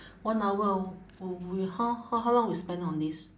one hour w~ we how how how long we spend on this